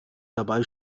dabei